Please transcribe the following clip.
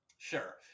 Sure